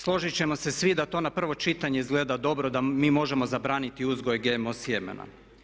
Složit ćemo se svi da to na prvo čitanje izgleda dobro da mi možemo zabraniti uzgoj GMO sjemena.